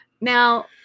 Now